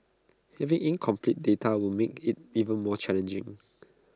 having incomplete data will make IT even more challenging